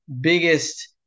biggest